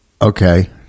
okay